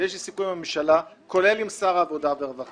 יש לי סיכום עם הממשלה, כולל עם שר העבודה והרווחה